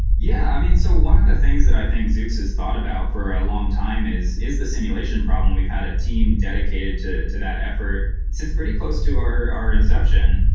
yeah. i mean, so one of the things that i think zoox has thought about for a long time is is the simulation problem. we've had a team dedicated to to that effort since pretty close to our our inception.